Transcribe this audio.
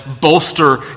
bolster